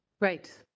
Right